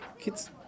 kids